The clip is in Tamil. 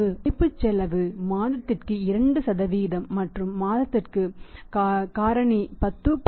வாய்ப்பு செலவு மாதத்திற்கு 2 மற்றும் தள்ளுபடி காரணி 10